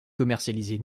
commercialisée